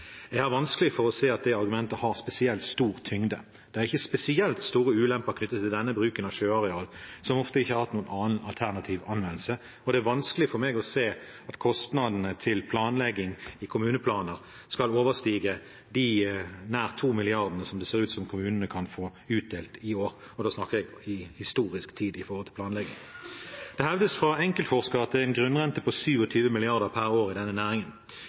Jeg har vanskelig for å se at det argumentet har spesielt stor tyngde. Det er ikke spesielt store ulemper knyttet til denne bruken av sjøareal, som ofte ikke har hatt noen annen alternativ anvendelse, og det er vanskelig for meg å se at kostnadene til planlegging i kommuneplaner skal overstige de nær 2 mrd. kr som det ser ut som om kommunene kan få utdelt i år – og da snakker jeg i historisk tid knyttet til planlegging. Det hevdes fra enkeltforskere at det er en grunnrente på 27 mrd. kr per år i denne næringen.